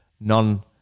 non